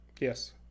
Yes